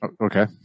Okay